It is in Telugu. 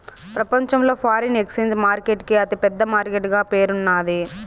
ప్రపంచంలో ఫారిన్ ఎక్సేంజ్ మార్కెట్ కి అతి పెద్ద మార్కెట్ గా పేరున్నాది